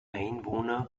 einwohner